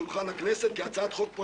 אמונים היא לשמור על האמון שהציבור רוחש